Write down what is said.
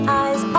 eyes